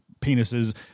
penises